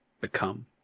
become